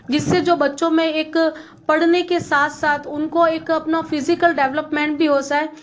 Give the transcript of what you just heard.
जिससे जो बच्चों में एक पढ़ने के साथ साथ उनको एक अपना फिज़िकल डेवलपमेंट भी हो जाए